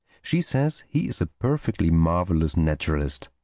she says he is a perfectly marvelous naturalist.